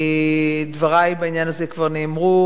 דברי בעניין הזה כבר נאמרו,